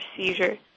seizure